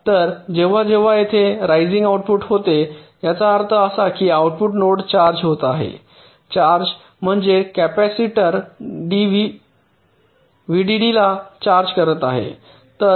तर जेव्हा जेव्हा तेथे रायसिंग आउटपुट होते याचा अर्थ असा की आउटपुट नोड चार्ज होत आहे चार्ज म्हणजे कॅपेसिटर व्हीडीडीला चार्ज आकारत आहे